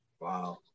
Wow